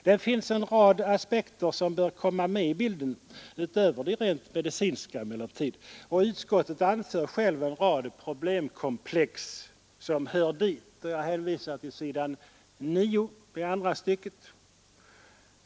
Det finns emellertid en rad aspekter som bör komma med i bilden utöver de rent medicinska, och utskottet anför självt en rad problemkomplex som hör dit — jag hänvisar till s. 9, andra stycket.